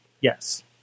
yes